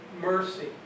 mercy